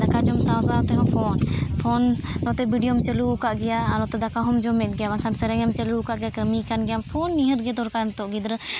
ᱫᱟᱠᱟ ᱡᱚᱢ ᱥᱟᱶ ᱥᱟᱶ ᱛᱮᱦᱚᱸ ᱯᱷᱳᱱ ᱯᱷᱳᱱ ᱱᱚᱛᱮ ᱵᱷᱤᱰᱤᱭᱳᱢ ᱪᱟᱹᱞᱩ ᱟᱠᱟᱫ ᱜᱮᱭᱟ ᱟᱨ ᱱᱚᱛᱮ ᱫᱟᱠᱟ ᱦᱚᱸᱢ ᱡᱚᱢᱮᱫ ᱜᱮᱭᱟ ᱵᱟᱝᱠᱷᱟᱱ ᱥᱮᱨᱮᱧᱮᱢ ᱪᱟᱹᱞᱩ ᱟᱠᱟᱫ ᱜᱮᱭᱟ ᱠᱟᱹᱢᱤ ᱠᱟᱱ ᱜᱮᱭᱟᱢ ᱯᱷᱳᱱ ᱱᱤᱦᱟᱹᱛ ᱜᱮ ᱫᱚᱨᱠᱟᱨ ᱱᱤᱛᱚᱜ ᱫᱚᱨᱠᱟᱨ